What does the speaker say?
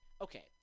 Okay